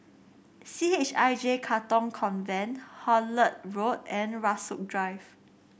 C H I J Katong Convent Hullet Road and Rasok Drive